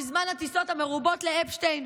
בזמן הטיסות המרובות לאפשטיין,